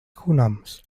cognoms